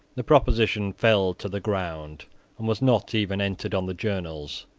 the proposition fell to the ground, and was not even entered on the journals.